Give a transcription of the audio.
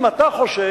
אם אתה חושב,